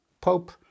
Pope